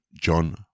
John